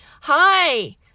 Hi